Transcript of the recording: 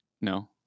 No